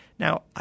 Now